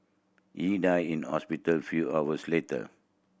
he died in hospital few hours later